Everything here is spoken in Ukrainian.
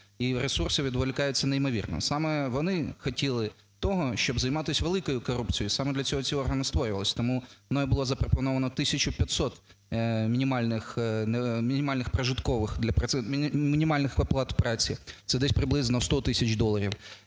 і ресурси відволікаються неймовірно. Саме вони хотіли того, щоб займатись великою корупцією, саме для цього ці органи і створювались. Тому мною було запропоновано 1500 мінімальних прожиткових, мінімальних оплат праці, це десь приблизно 100 тисяч доларів.